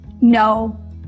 No